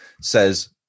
Says